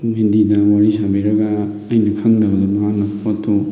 ꯍꯤꯟꯗꯤꯗ ꯋꯥꯔꯤ ꯁꯥꯕꯤꯔꯒ ꯑꯩꯅ ꯈꯪꯗꯕꯗꯨ ꯃꯍꯥꯛꯅ ꯄꯣꯠꯇꯨ